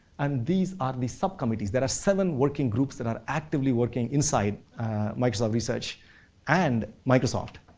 and these are the subcommittees, there are seven working groups that are actively working inside microsoft research and microsoft,